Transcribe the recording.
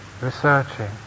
researching